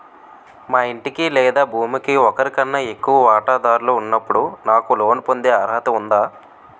మా ఇంటికి లేదా భూమికి ఒకరికన్నా ఎక్కువ వాటాదారులు ఉన్నప్పుడు నాకు లోన్ పొందే అర్హత ఉందా?